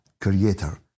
Creator